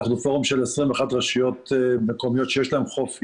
אנחנו פורום של 21 רשויות מקומיות שיש להן חוף ים.